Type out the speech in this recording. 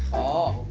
oh,